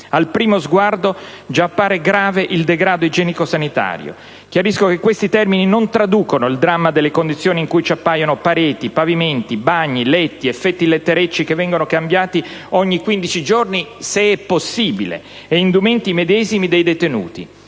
Al primo sguardo già appare grave il degrado igienico-sanitario. Chiarisco che questi termini non traducono il dramma delle condizioni in cui ci appaiono pareti, pavimenti, bagni, letti, effetti letterecci che vengono cambiati ogni 15 giorni (se è possibile) ed indumenti medesimi dei detenuti.